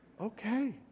Okay